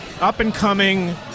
up-and-coming